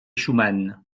schumann